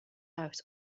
out